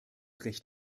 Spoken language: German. recht